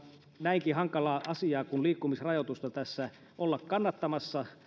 näinkin hankalaa asiaa kuin liikkumisrajoitusta tässä olla kannattamassa